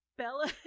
bella